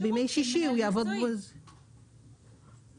אם